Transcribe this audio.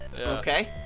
Okay